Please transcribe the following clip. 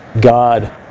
God